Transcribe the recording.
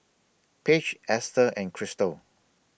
Paige Esther and Cristal